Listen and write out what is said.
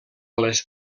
les